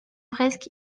presque